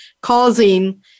causing